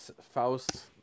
Faust